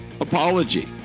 apology